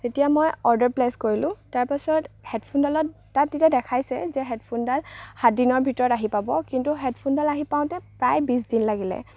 তেতিয়া মই order place কৰিলো তাৰপিছত হেডফোনডালত তাত তেতিয়া দেখাইছে যে হেডফোনডাল সাতদিনৰ ভিতৰত আহি পাব কিন্তু হেডফোনডাল আহি পাওঁতে প্ৰায় বিছ দিন লাগিলে